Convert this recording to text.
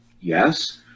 Yes